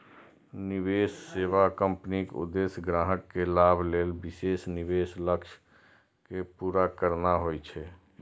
निवेश सेवा कंपनीक उद्देश्य ग्राहक के लाभ लेल विशेष निवेश लक्ष्य कें पूरा करना होइ छै